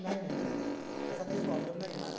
नाही नाही तसा काही प्रॉब्लेम नाही येणार